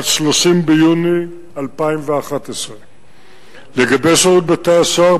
עד 30 ביוני 2011. לגבי שירות בתי-הסוהר,